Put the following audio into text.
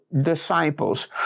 disciples